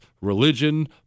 religion